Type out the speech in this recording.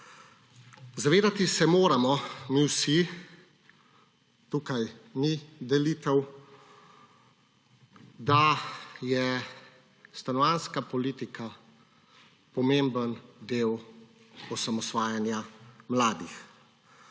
Zavedati se moramo – mi vsi, tukaj ni delitev – da je stanovanjska politika pomemben del osamosvajanja mladih.